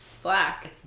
black